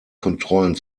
kontrollen